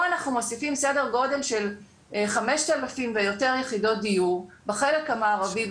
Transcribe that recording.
פה אנחנו מוסיפים סדר גודל של 5,000 ויותר יחידות דיור בחלק המערבי,